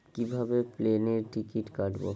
কিভাবে প্লেনের টিকিট কাটব?